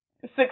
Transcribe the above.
six